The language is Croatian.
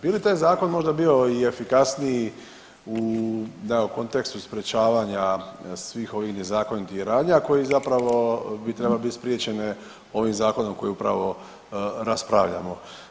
Bi li taj zakon možda bio i efikasniji da u kontekstu sprječavanja svih ovih nezakonitih radnji, a koji zapravo bi trebale bit spriječene ovim zakonom koji upravo raspravljamo.